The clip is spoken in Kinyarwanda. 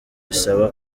isaba